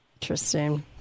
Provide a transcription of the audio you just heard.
Interesting